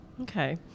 Okay